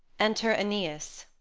enter aeneas